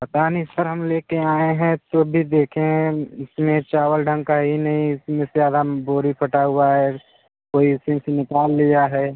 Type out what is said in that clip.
पता नहीं सर हम लेकर आएँ हैं तो अभी देखें हैं इसमें चावल ढंग का है ही नहीं इसमें से आधा बोरी फटा हुआ है कोई उसी में से निकाल लिया है